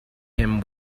him